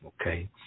Okay